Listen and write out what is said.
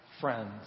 friends